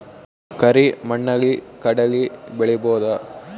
ಕರಿ ಮಣ್ಣಲಿ ಕಡಲಿ ಬೆಳಿ ಬೋದ?